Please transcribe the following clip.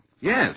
Yes